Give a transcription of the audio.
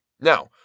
Now